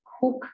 cook